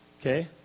Okay